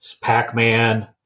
Pac-Man